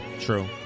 true